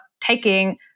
taking